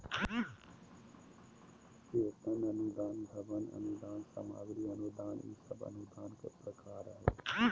वेतन अनुदान, भवन अनुदान, सामग्री अनुदान ई सब अनुदान के प्रकार हय